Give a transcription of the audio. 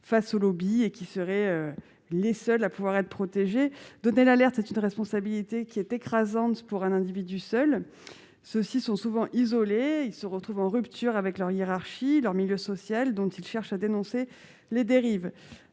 face aux lobbies, et qui seraient les seuls à devoir être protégées. Donner l'alerte, c'est une responsabilité écrasante pour un individu seul. Les lanceurs d'alerte sont souvent isolés, en rupture avec leur hiérarchie, leur milieu social, dont ils cherchent à dénoncer les dérives.